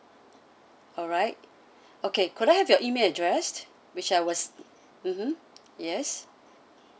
alright okay could I have your email address which I was mmhmm yes